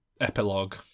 epilogue